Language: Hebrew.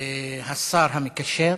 השר המקשר,